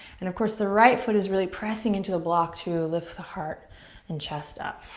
and of course the right foot is really pressing into the block to lift the heart and chest up.